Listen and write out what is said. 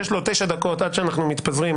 יש לו תשע דקות עד שאנחנו מתפזרים.